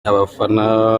abafana